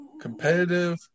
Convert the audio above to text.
competitive